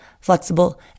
flexible